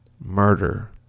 murder